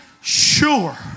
sure